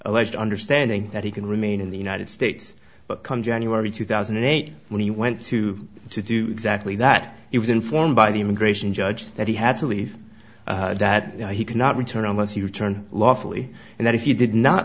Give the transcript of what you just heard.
alleged understanding that he can remain in the united states but come january two thousand and eight when he went to do exactly that he was informed by the immigration judge that he had to leave that he could not return once you turn lawfully and that if you did not